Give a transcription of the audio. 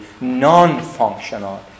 non-functional